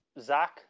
Zach